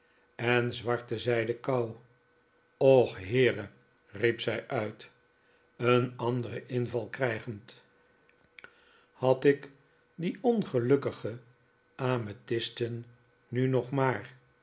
en zwarte zijden kou och heere riep zij uit een anderen inval krijgend had ik die ongelukkige amethysten nu nog maar